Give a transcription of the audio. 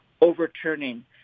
overturning